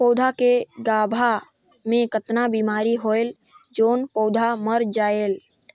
पौधा के गाभा मै कतना बिमारी होयल जोन पौधा मर जायेल?